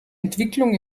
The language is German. entwicklung